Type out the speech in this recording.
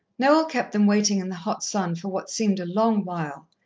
noel kept them waiting in the hot sun for what seemed a long while,